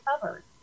covered